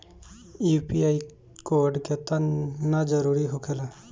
UPI code केतना जरुरी होखेला?